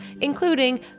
including